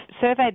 surveyed